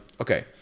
Okay